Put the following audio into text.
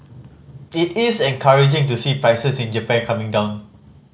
it is encouraging to see prices in Japan coming down